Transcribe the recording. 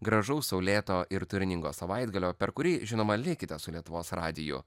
gražaus saulėto ir turiningo savaitgalio per kurį žinoma likite su lietuvos radiju